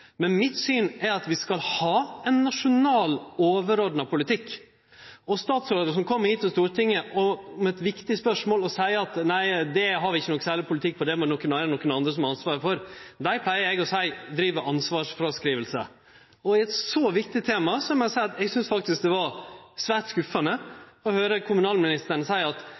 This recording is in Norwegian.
Mitt syn er at vi skal ha ein nasjonal, overordna politikk, og statsrådar som kjem hit til Stortinget og svarar på eit viktig spørsmål med å seie, nei, det har vi ikkje nokon særleg politikk på, det må det vere nokre andre som har ansvaret for, pleier eg å seie at driv med ansvarsfråskriving. I eit så viktig tema synest eg det var svært skuffande å høyre kommunalministeren seie at